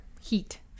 heat